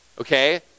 Okay